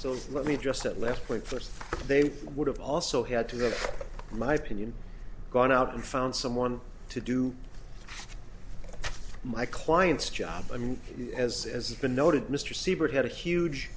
so let me just that left point first they would have also had to have my opinion gone out and found someone to do my client's job i mean as as has been noted mr siebert had a huge